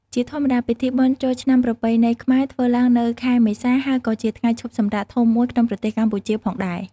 ជាធម្មតា ពិធីបុណ្យចូលឆ្នាំថ្មីប្រពៃណីខ្មែរធ្វើឡើងនៅខែមេសា ហើយក៏ជាថ្ងៃឈប់សម្រាកធំមួយក្នុងប្រទេសកម្ពុជាផងដែរ។